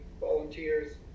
volunteers